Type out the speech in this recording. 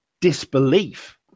disbelief